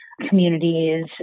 Communities